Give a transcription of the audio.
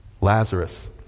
Lazarus